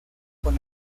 con